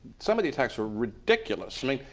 some of the attacks were ridiculous. i mean,